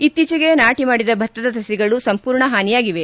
ಇತ್ತೀಚೆಗೆ ನಾಟಿ ಮಾಡಿದ ಭತ್ತದ ಸಸಿಗಳು ಸಂಪೂರ್ಣ ಹಾನಿಯಾಗಿವೆ